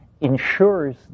ensures